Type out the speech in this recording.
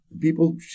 people